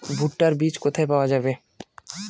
ভুট্টার বিজ কোথায় পাওয়া যাবে?